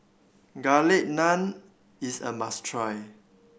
Garlic Naan is a must try